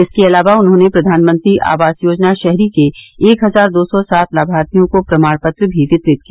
इसके अलावा उन्होंने प्रधानमंत्री आवास योजना शहरी के एक हजार दो सौ सात लाभार्थियों को प्रमाण पत्र भी वितरित किया